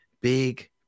big